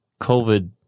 COVID